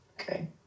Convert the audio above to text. Okay